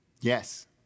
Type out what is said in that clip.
Yes